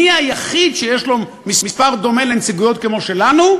מי היחיד שיש לו מספר דומה של נציגויות כמו שלנו?